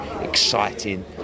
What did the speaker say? exciting